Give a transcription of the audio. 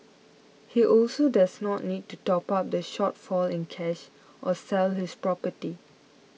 he also does not need to top up the shortfall in cash or sell his property